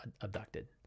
abducted